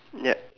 ya